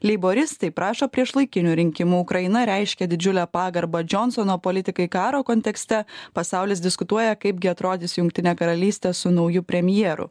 leiboristai prašo priešlaikinių rinkimų ukraina reiškia didžiulę pagarbą džionsono politikai karo kontekste pasaulis diskutuoja kaipgi atrodys jungtinė karalystė su nauju premjeru